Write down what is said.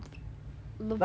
like isn't it funny